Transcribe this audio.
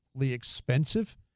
expensive